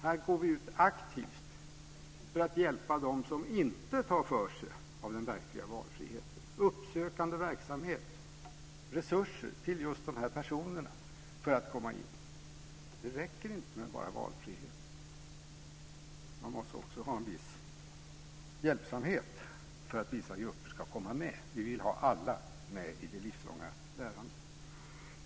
Här går vi ut aktivt för att hjälpa dem som inte tar för sig av den verkliga valfriheten - uppsökande verksamhet, resurser till just dessa personer. Det räcker inte med bara valfrihet. Det måste också finnas en viss hjälpsamhet för att vissa grupper ska komma med. Vi vill ha alla med i det livslånga lärandet.